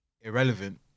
irrelevant